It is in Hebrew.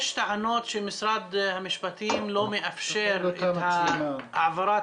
יש טענות שמשרד המשפטים לא מאפשר את העברת